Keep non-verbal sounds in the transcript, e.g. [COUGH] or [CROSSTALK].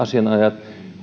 [UNINTELLIGIBLE] asianajajat